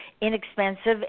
inexpensive